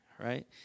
right